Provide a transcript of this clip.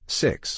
six